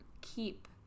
keep